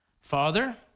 Father